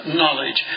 knowledge